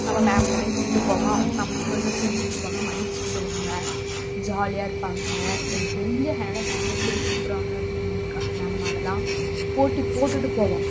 நம்ம மேம்தானேன்னு சொல்லிட்டு போவோம் அவங்களும் நம்ம ஸ்டுடெண்ட்தானேன்னு சொல்லிட்டு விட்டுடுவாங்க மன்னிச்சி விடுவாங்கள் ஜாலியாக இருப்பாங்கள் எனக்கு தெரிந்த என்னோடய ஹேண்ட் ரைட்டிங் இம்புரூவ் ஆனது வந்து க மேமால்தான் போட்டி போட்டுகிட்டு போவோம்